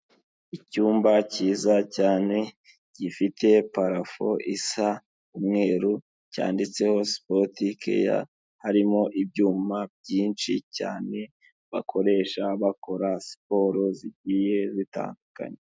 Icyumba cyiza cyane gifite parafu isa umweru cyanditseho sipoti keya, harimo ibyuma byinshi cyane bakoresha bakora siporo zigiye zitandukanye.